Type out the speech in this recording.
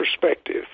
perspective